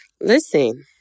Listen